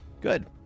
good